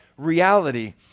Reality